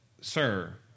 Sir